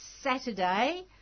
Saturday